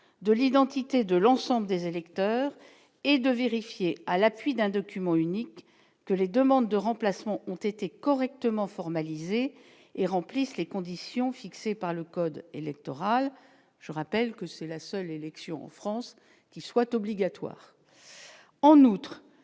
de l'identité de l'ensemble des électeurs et de vérifier à l'appui d'un document unique que les demandes de remplacement ont été correctement formalisé et remplissent les conditions fixées par le code électoral, je rappelle que c'est la seule élection en France qui soit obligatoire en outre